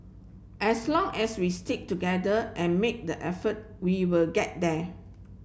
as long as we stick together and make the effort we will get there